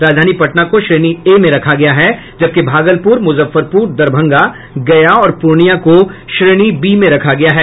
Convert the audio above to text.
राजधानी पटना को श्रेणी ए में रखा गया है जबकि भागलपुर मुजफ्फरपुर दरभंगा गया और पूर्णिया को श्रेणी बी में रखा गया है